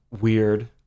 weird